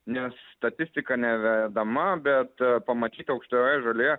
nes statistika nevedama bet pamatyti aukštoje žolėje